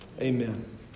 Amen